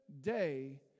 day